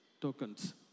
tokens